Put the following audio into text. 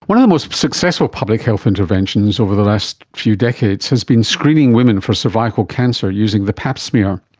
one of the most successful public health interventions over the last few decades has been screening women for cervical cancer using the pap smear.